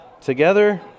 together